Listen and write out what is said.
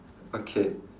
okay